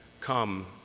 come